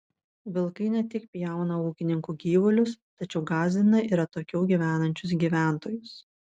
vilkai ne tik pjauna ūkininkų gyvulius tačiau gąsdina ir atokiau gyvenančius gyventojus